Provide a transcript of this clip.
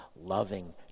loving